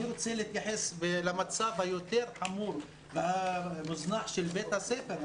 אני רוצה להתייחס למצב החמור יותר והמוזנח של בית הספר.